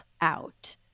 out